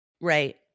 right